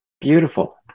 Beautiful